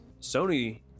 Sony